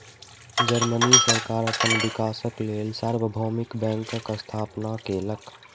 Germany सरकार अपन विकासक लेल सार्वभौमिक बैंकक स्थापना केलक